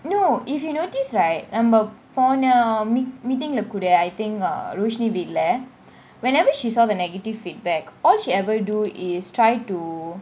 no if you notice right I'm uh நம்ம பொண்ண :namma ponna meet meeting lah கூட :kuda I think err roshni வீட்டுல :veetula whenever she saw the negative feedback all she ever do is try to